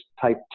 type